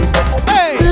Hey